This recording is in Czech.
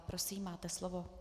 Prosím, máte slovo.